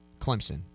Clemson